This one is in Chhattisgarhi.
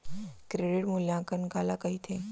क्रेडिट मूल्यांकन काला कहिथे?